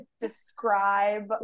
describe